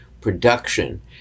production